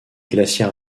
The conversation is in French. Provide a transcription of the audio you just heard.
glacière